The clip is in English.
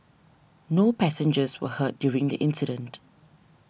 no passengers were hurt during the incident